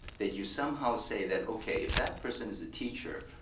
that you somehow say that okay, if that person is a teacher,